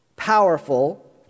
Powerful